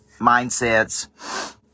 mindsets